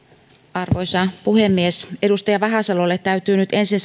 arvoisa puhemies edustaja vahasalolle täytyy nyt ensin